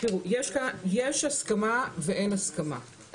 יש הסכמה ואין הסכמה.